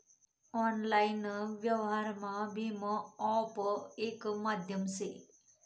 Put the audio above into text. online व्यवहारमा भीम app येक माध्यम से